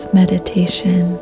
meditation